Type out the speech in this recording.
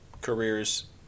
careers